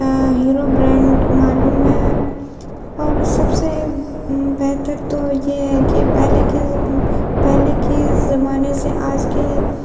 hero brand معلوم ہے اور سب سے بہتر تو یہ ہے کہ پہلے کے پہلے کے زمانے سے آج کے